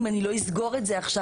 אם אני לא אסגור את זה עכשיו,